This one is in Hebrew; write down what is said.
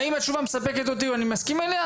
האם התשובה מספקת אותי ואני מסכים אליה,